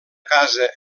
casa